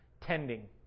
tending